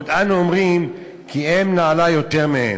בעוד אנו אומרים כי אין נעלה יותר מהם.